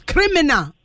Criminal